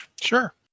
Sure